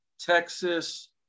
Texas